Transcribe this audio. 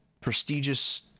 prestigious